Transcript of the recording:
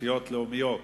תשתיות לאומיות.